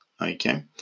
okay